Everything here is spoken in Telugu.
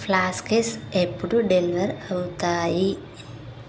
ఫ్లాస్కెస్ ఎప్పుడు డెలివర్ అవుతాయి